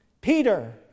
Peter